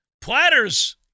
platters